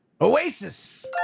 Oasis